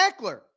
Eckler